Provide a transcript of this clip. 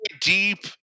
deep